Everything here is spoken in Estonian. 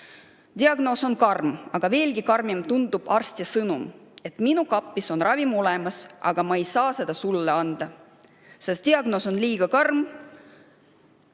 Diagnoos on karm, aga veelgi karmim tundub arsti sõnum: "Minu kapis on ravim olemas, aga ma ei saa seda sulle anda, sest diagnoos on liiga karm,